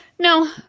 No